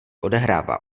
odehrává